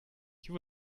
you